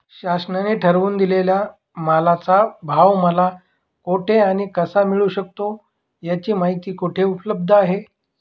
शासनाने ठरवून दिलेल्या मालाचा भाव मला कुठे आणि कसा मिळू शकतो? याची माहिती कुठे उपलब्ध आहे?